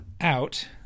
out